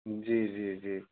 जी जी जी